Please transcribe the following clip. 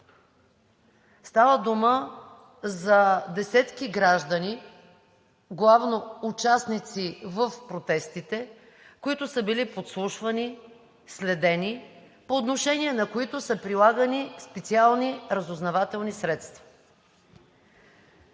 Става дума за десетки граждани – главно участници в протестите, които са били подслушвани, следени, и по отношение на които са прилагани специални разузнавателни средства.